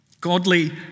Godly